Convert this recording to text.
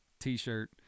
T-shirt